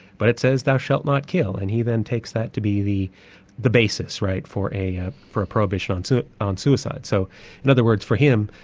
but it says thou shalt not kill, and he then takes that to be the the basis, right, for a ah for a prohibition on so on suicide. so in other words, for him,